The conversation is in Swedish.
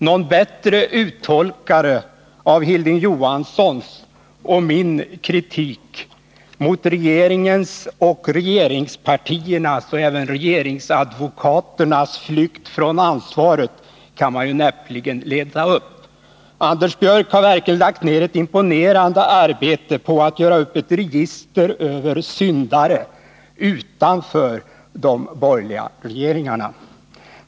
Någon bättre uttolkare av Hilding Johanssons och min kritik mot regeringens och regeringspartiernas och även regeringsadvokaternas flykt från ansvaret kan man näppeligen leta upp. Anders Björck har verkligen lagt ner ett imponerande arbete på att göra upp ett register över syndare utanför de borgerliga regeringarna.